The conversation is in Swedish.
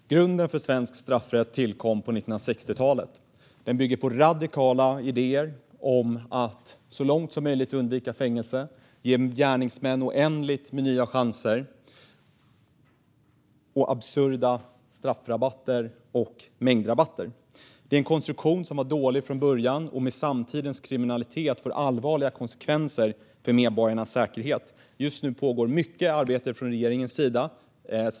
Herr talman! Grunden för svensk straffrätt tillkom på 1960-talet. Den bygger på radikala idéer om att så långt som möjligt undvika att utdöma fängelsestraff, ge gärningsmän oändligt med nya chanser samt absurda straffrabatter och mängdrabatter. Det är en konstruktion som var dålig från början, och med samtidens kriminalitet får den allvarliga konsekvenser för medborgarnas säkerhet. Just nu pågår mycket arbete från regeringens sida.